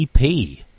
ep